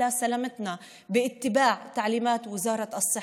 על בריאותנו ועל שלומנו ולהישמע להוראות משרד הבריאות.